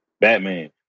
Batman